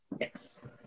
Yes